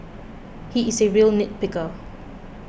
he is a real nit picker